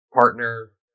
partner